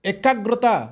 ଏକାଗ୍ରତା